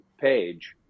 page